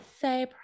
say